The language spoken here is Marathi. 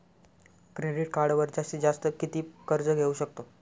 क्रेडिट कार्डवर जास्तीत जास्त किती कर्ज घेऊ शकतो?